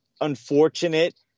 unfortunate